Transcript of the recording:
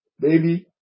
baby